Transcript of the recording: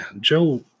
Joe